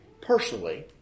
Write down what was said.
personally